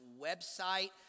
website